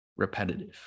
repetitive